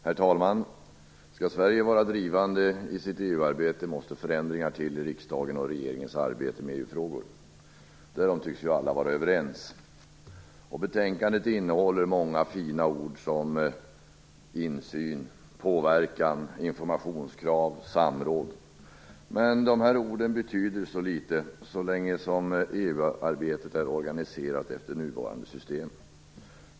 Herr talman! Skall Sverige vara drivande i sitt EU-arbete måste förändringar till i riksdagens och regeringens arbete med EU-frågor. Därom tycks alla vara överens. Betänkandet innehåller många fina ord som insyn, påverkan, informationskrav och samråd, men de här orden betyder så litet så länge EU-arbetet är organiserat enligt nuvarande system.